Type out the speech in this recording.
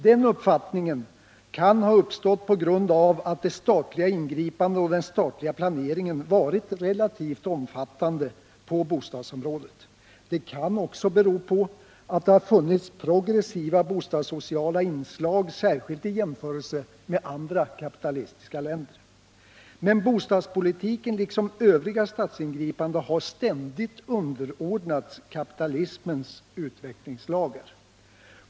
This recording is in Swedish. Den uppfattningen kan ha uppstått på grund av att de statliga ingripandena och den statliga planeringen varit relativt omfattande på bostadsområdet. Det kan också bero på att det funnits progressiva bostadssociala inslag, särskilt i jämförelse med andra kapitalistiska länder. Men åtgärder inom bostadspolitiken liksom övriga statsingripanden har ständigt underordnats kapitalismens utvecklingslagar.